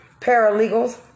Paralegals